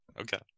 Okay